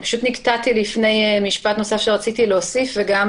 אני פשוט נקטעתי לפני משפט נוסף שרציתי להוסיף וגם,